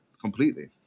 completely